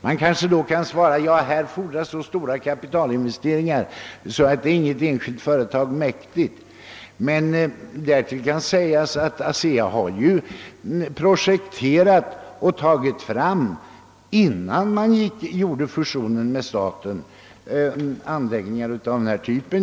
Man kanske kan svara, att det fordras så stora kapitalinvesteringar att inget enskilt företag är dem mäktiga. Därtill kan sägas, att ASEA redan innan fusionen med staten ingicks hade projekterat anläggningar av denna typ.